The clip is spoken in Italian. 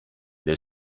del